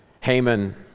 Haman